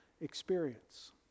experience